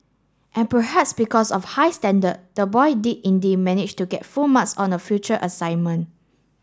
and perhaps because of high standard the boy did indeed manage to get full marks on a future assignment